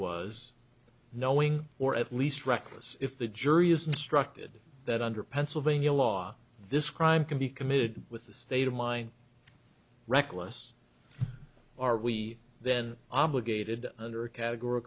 was knowing or at least reckless if the jury is instructed that under pennsylvania law this crime can be committed with the state of mind reckless are we then obligated under a categor